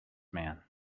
man